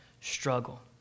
struggle